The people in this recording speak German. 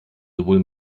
sowohl